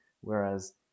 Whereas